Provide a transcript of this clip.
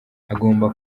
hagomba